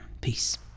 Peace